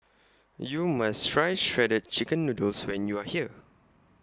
YOU must Try Shredded Chicken Noodles when YOU Are here